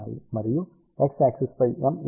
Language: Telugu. మరియు x యాక్సిస్ పై m ఎలిమెంట్ లు ఉన్నాయి